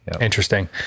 Interesting